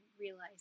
realize